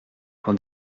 pour